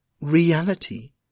reality